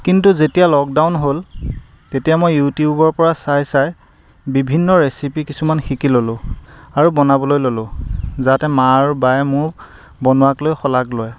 কিন্তু যেতিয়া লক্ডাউন হ'ল তেতিয়া মই ইউটিউবৰ পৰা চাই চাই বিভিন্ন ৰেচিপি কিছুমান শিকি ললোঁ আৰু বনাবলৈ ললোঁ যাতে মা আৰু বায়ে মোৰ বনোৱাক লৈ শলাগ লয়